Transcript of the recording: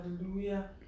Hallelujah